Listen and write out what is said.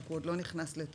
רק הוא עוד לא נכנס לתוקף.